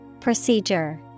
Procedure